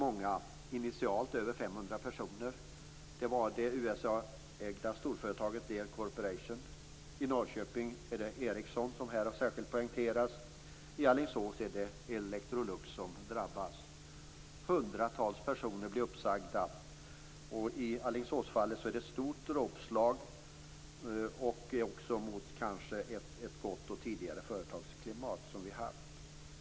I Norrköping är det Ericsson, vilket har poängterats särskilt här. I Alingsås är det Electrolux som drabbas. Hundratals personer blir uppsagda. I Alingsåsfallet är det ett stort dråpslag också mot ett tidigare gott företagsklimat.